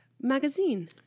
magazine